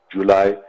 July